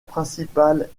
principale